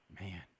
Man